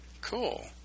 cool